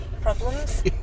problems